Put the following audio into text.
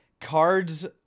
Cards